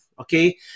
okay